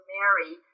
Mary